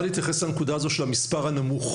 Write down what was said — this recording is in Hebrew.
להתייחס לנקודה הזו של המספר הנמוך.